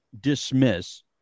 dismiss